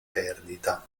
perdita